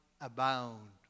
Abound